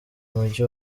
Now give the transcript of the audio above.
mugi